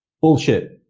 Bullshit